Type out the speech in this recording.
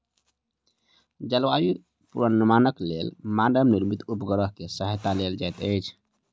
जलवायु पूर्वानुमानक लेल मानव निर्मित उपग्रह के सहायता लेल जाइत अछि